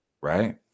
right